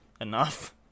enough